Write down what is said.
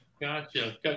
Gotcha